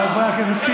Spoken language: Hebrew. חבר הכנסת קיש.